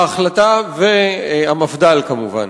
והמפד"ל, כמובן.